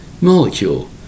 Molecule